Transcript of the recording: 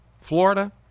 Florida